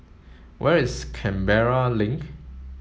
where is Canberra Link